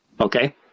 Okay